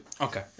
Okay